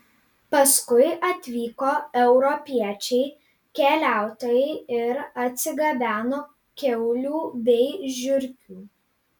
paskui atvyko europiečiai keliautojai ir atsigabeno kiaulių bei žiurkių